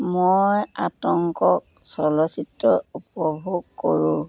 মই আতংক চলচ্চিত্ৰ উপভোগ কৰোঁ